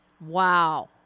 Wow